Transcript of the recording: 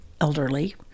elderly